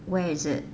where is it